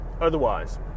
otherwise